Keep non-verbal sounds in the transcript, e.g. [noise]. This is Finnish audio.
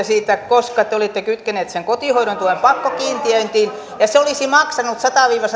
[unintelligible] siitä koska te olitte kytkeneet sen kotihoidon tuen pakkokiintiöintiin ja se olisi maksanut sata viiva [unintelligible]